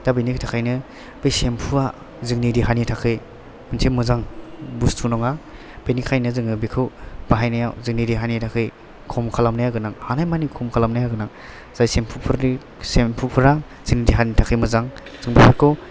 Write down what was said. दा बेनि थाखायनो बे सेम्फुआ जोंनि देहानि थाखाय मोनसे मोजां बुस्थु नङा बेनिखायनो जोङो बेखौ बाहायनायाव जोंनि देहानि थाखाय खम खालामनाया गोनां हानायमानि खम खालामनाया गोनां जाय सेम्फुफोरनि सेम्फुफ्रा जोंनि देहानि थाखाय मोजां जों बेफोरखौ